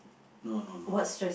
no no no no